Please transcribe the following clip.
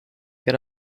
get